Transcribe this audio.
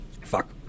Fuck